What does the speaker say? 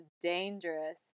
dangerous